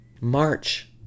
March